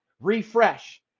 refresh